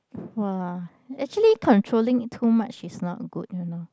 !wah! actually controlling it too much is not good you know